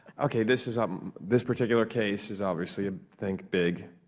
okay. this is um this particular case is obviously a think big